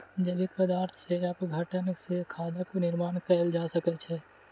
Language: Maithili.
जैविक पदार्थ के अपघटन सॅ खादक निर्माण कयल जा सकै छै